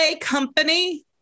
Company